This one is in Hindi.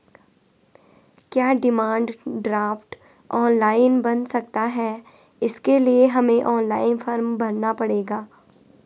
क्या डिमांड ड्राफ्ट ऑनलाइन बन सकता है इसके लिए हमें ऑनलाइन फॉर्म भरना पड़ेगा?